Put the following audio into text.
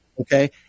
Okay